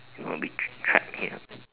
we would be trapped here